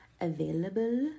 available